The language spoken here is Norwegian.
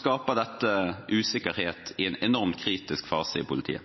skaper dette usikkerhet i en enormt kritisk fase i politiet.